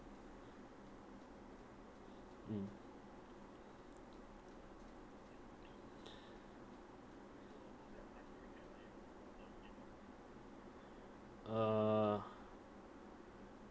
mm uh